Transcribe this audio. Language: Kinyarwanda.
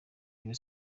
rayon